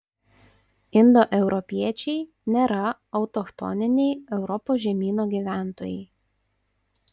indoeuropiečiai nėra autochtoniniai europos žemyno gyventojai